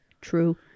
True